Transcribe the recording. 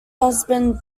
husband